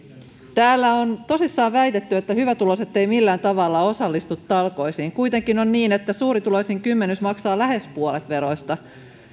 täällä on tosissaan väitetty että hyvätuloiset eivät millään tavalla osallistu talkoisiin kuitenkin on niin että suurituloisin kymmenys maksaa lähes puolet veroista